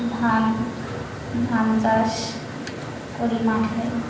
ধান ধান চাষ করি মাঠে